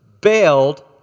bailed